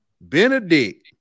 benedict